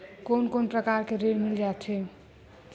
कोन कोन प्रकार के ऋण मिल जाथे?